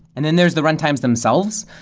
and then there's the runtimes themselves.